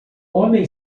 homem